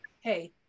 hey